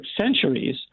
centuries